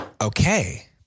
okay